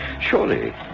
surely